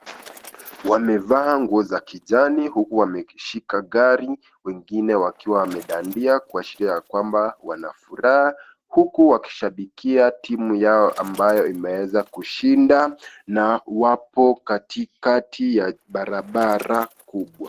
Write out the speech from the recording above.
Wamevaa nguo za kijani huku wameshika gari wengine wakiwa wamedandia kuashiria kwamba wana furaha huku wakishabikia timu yao ambayo imeeza kushinda na wapo katikati ya barabara kubwa.